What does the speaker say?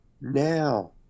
now